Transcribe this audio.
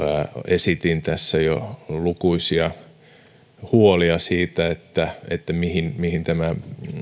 esitin jo lukuisia huolia siitä mihin mihin tämä